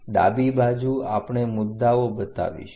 ડાબી બાજુ આપણે મુદ્દાઓ બતાવીશું